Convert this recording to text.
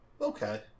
Okay